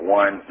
one